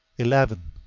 eleven.